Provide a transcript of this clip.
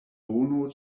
bono